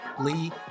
Lee